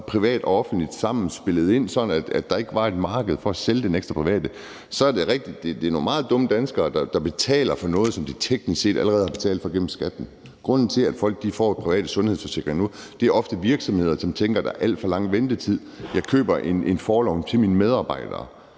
private og det offentlige spiller sammen, sådan at der ikke er et marked for at sælge den ekstra private sundhedsforsikring. For det er rigtigt, at det er nogle meget dumme danskere, der betaler for noget, som de teknisk set allerede har betalt for gennem skatten. Grunden til, at folk får private sundhedsforsikringer nu, er, at der ofte er virksomheder, som tænker: Der er alt for lang ventetid, så jeg køber en forlomme til mine medarbejdere,